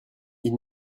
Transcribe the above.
ils